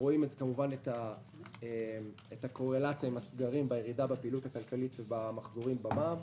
רואים את הקורלציה עם הסגרים בירידה בפעילות הכלכלית ובמחזורים במע"מ.